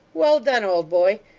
well done, old boy.